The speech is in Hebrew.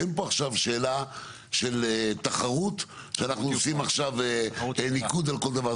אין פה עכשיו שאלה של תחרות שאנחנו עושים עכשיו ניקוד על כל דבר.